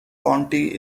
county